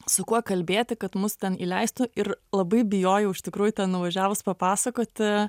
su kuo kalbėti kad mus ten įleistų ir labai bijojau iš tikrųjų ten nuvažiavus papasakoti